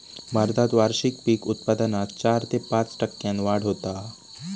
भारतात वार्षिक पीक उत्पादनात चार ते पाच टक्क्यांन वाढ होता हा